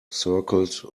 circled